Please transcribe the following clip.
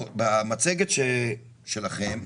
במצגת שלכם,